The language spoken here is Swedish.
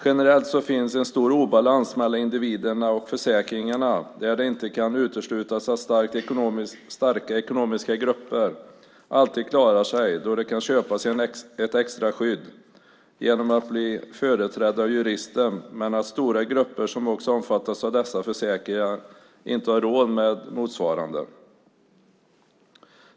Generellt finns en stor obalans mellan individerna och försäkringarna där det inte kan uteslutas att starka ekonomiska grupper alltid klarar sig då de kan köpa sig ett extra skydd genom att bli företrädda av jurister men att stora grupper som också omfattas av dessa försäkringar inte har råd med motsvarande.